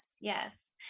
yes